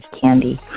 candy